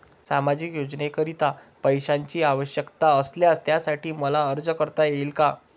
सामाजिक योजनेकरीता पैशांची आवश्यकता असल्यास त्यासाठी मला अर्ज करता येईल का?